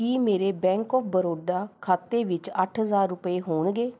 ਕੀ ਮੇਰੇ bank of Baroda ਖਾਤੇ ਵਿੱਚ ਅੱਠ ਹਜ਼ਾਰ ਰੁਪਏ ਹੋਣਗੇ